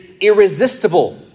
irresistible